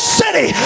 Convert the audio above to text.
city